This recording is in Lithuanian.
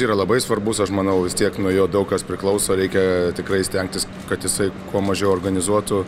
yra labai svarbus aš manau vis tiek nuo jo daug kas priklauso reikia tikrai stengtis kad jisai kuo mažiau organizuotų